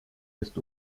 jest